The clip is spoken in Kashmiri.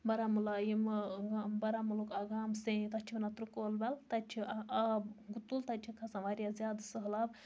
بارامُلا یِم بارامُلُک اکھ گام سیٚیے تتھ چھِ ترکولبل تَتہ چھُ آب گُتُل تَتہِ چھ کھَسان واریاہ زیاد سہلاب